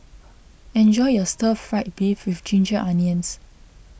enjoy your Stir Fried Beef with Ginger Onions